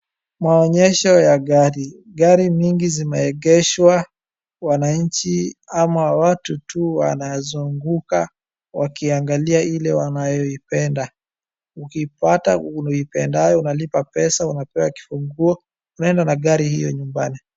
Maonyesho ya gari, gari mingi zimeegeshwa wananchi ama watu tu wanazunguka wakiangali ile wanayoipenda. Ukipata uipendayo unalipa pesa unapewa kifunguo unaenda na gari hiyo nyumbani.